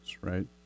right